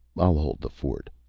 i'll hold the fort.